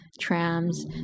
trams